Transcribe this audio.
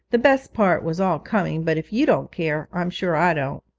the best part was all coming, but if you don't care, i'm sure i don't